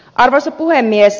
arvoisa puhemies